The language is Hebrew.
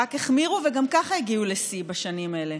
ורק החמירו, וגם כך הגיעו לשיא בשנים האלה.